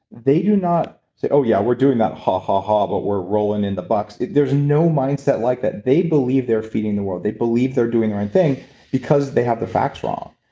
they do not so oh, yeah, we're doing that! ha, ha, ha! but we're rolling in the bucks. there's no mindset like that. they believe they're feeding the world. they believe they're doing the right thing because they have the facts wrong.